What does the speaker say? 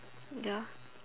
ya